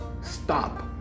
Stop